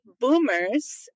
boomers